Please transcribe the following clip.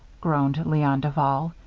groaned leon duval,